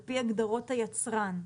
על פי הגדרות היצרן,